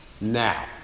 Now